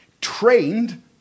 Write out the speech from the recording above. trained